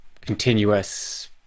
continuous